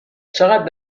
چقد